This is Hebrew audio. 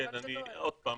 כן, עוד פעם